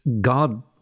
God